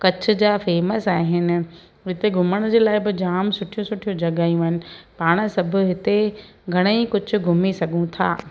कच्छ जा फेमस आहिनि हिते घुमण जे लाइ बि जाम सुठियूं सुठियूं जॻहियूं आहिनि पाण सभु हिते घणे ई कुझु घुमी सघूं था